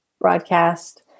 broadcast